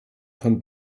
von